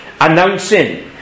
announcing